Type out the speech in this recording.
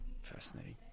Fascinating